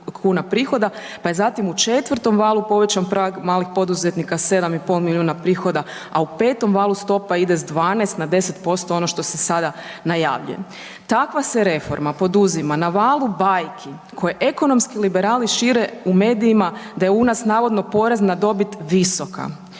kuna prihoda pa je zatim u četvrtom valu povećan prag malih poduzetnika 7,5 prihoda a u petom valu stopa ide s 12 na 10%, ono što se sada najavljuje. Takva se reforma poduzima na valu bajki koje ekonomski liberali šire u medijima da je u nas navodno porez na dobit visok